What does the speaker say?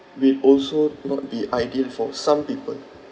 will also not be ideal for some people